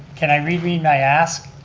can i read me my ask?